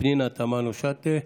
פנינה תמנו שטה.